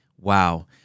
Wow